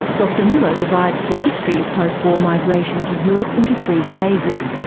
dr miller divides the history of post war migration to europe into three phases,